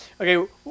Okay